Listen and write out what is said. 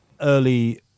early